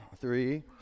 Three